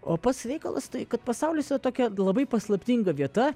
o pats reikalas tai kad pasaulis tokia labai paslaptinga vieta